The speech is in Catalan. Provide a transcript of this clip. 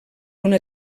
una